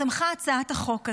צמחה הצעת החוק הזו.